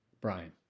Brian